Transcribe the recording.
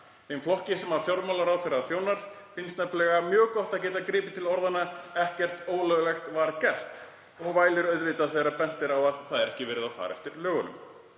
Þeim flokki sem fjármálaráðherra þjónar finnst nefnilega mjög gott að geta gripið til orðanna „ekkert ólöglegt var gert“ og vælir auðvitað þegar bent er á að ekki sé verið að fara eftir lögum.